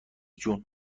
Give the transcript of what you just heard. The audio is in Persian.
جون